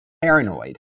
paranoid